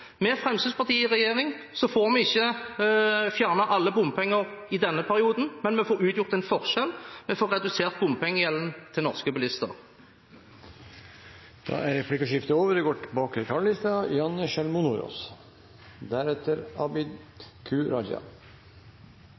Med Fremskrittspartiet i regjering får vi ikke fjernet alle bompenger i denne perioden, men vi får utgjort en forskjell. Vi får redusert bompengegjelden til norske bilister. Replikkordskiftet er omme. Senterpartiet vil utvikle et moderne og framtidsrettet transportsystem der trafikkavviklingen blir enklere, raskere og tryggere. Det vil bidra til